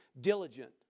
diligent